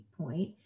point